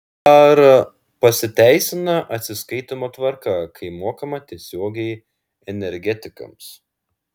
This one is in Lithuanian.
ar pasiteisina atsiskaitymo tvarka kai mokama tiesiogiai energetikams